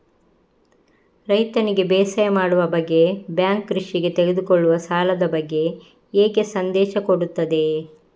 ರೈತನಿಗೆ ಬೇಸಾಯ ಮಾಡುವ ಬಗ್ಗೆ ಬ್ಯಾಂಕ್ ಕೃಷಿಗೆ ತೆಗೆದುಕೊಳ್ಳುವ ಸಾಲದ ಬಗ್ಗೆ ಹೇಗೆ ಸಂದೇಶ ಕೊಡುತ್ತದೆ?